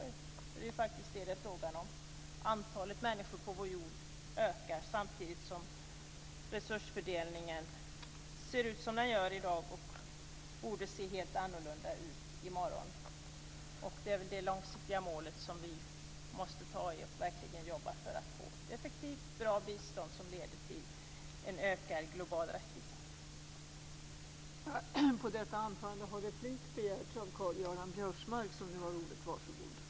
Det är vad det faktiskt är fråga om: Antalet människor på vår jord ökar samtidigt som resursfördelningen ser ut som den gör i dag och borde se helt annorlunda ut i morgon. Det är det långsiktiga målet som vi verkligen måste jobba med för att få ett effektivt och bra bistånd som leder till en ökad global rättvisa.